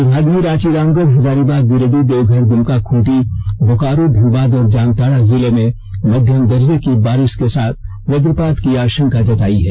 विभाग ने रांची रामगढ़ हजारीबाग गिरिडीह देवघर द्मका खूंटी बोकारो धनबाद और जामताड़ा जिले में मध्यम दर्जे की बारिष के साथ वज्रपात की आपंका जतायी है